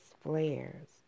flares